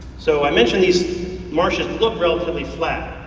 so i mentioned these marshes look relatively flat,